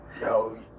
Yo